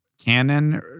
canon